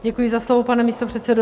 Děkuji za slovo, pane místopředsedo.